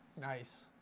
Nice